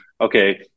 Okay